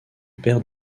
père